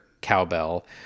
cowbell